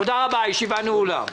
תודה רבה, הישיבה נעולה.